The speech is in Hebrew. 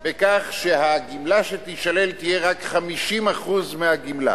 בכך שהגמלה שתישלל תהיה רק 50% מהגמלה.